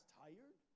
tired